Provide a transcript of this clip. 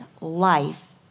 life